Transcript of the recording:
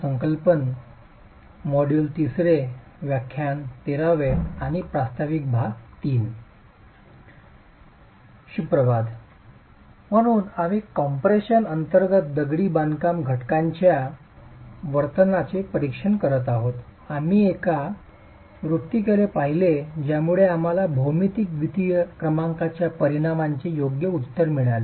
सुप्रभात आम्ही कम्प्रेशन अंतर्गत दगडी बांधकामाच्या घटकांच्या वर्तनाचे परीक्षण करत आहोत आम्ही एका व्युत्पत्तीकडे पाहिले ज्यामुळे आम्हाला भौमितिक द्वितीय क्रमांकाच्या परिणामाचे योग्य उत्तर मिळेल